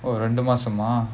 oh ரெண்டு மாசமா:rendu maasamaa